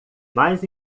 mais